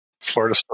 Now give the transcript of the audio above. Florida